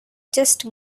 just